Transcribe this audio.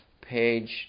page